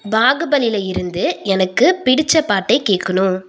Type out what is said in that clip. பாகுபலியில இருந்து எனக்குப் பிடித்த பாட்டைக் கேட்கணும்